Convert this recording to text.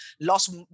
lost